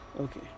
okay